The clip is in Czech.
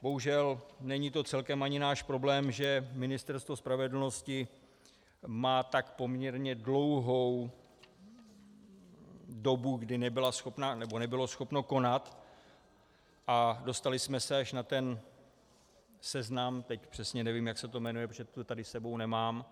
Bohužel není to celkem ani náš problém, že Ministerstvo spravedlnosti má tak poměrně dlouhou dobu, kdy nebylo schopno konat, a dostali jsme se až na ten seznam, teď přesně nevím, jak se to jmenuje, protože to tady s sebou nemám.